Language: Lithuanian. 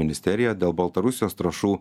ministerija dėl baltarusijos trąšų